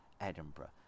Edinburgh